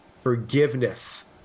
forgiveness